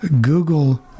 google